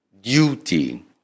duty